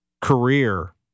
career